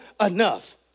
enough